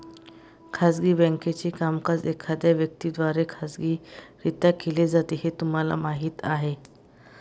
खाजगी बँकेचे कामकाज एखाद्या व्यक्ती द्वारे खाजगीरित्या केले जाते हे तुम्हाला माहीत आहे